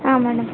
ಹಾಂ ಮೇಡಮ್